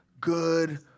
good